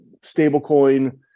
stablecoin